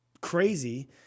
crazy